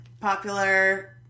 Popular